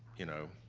you know.